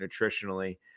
nutritionally